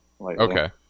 Okay